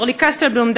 אורלי קסטל-בלום,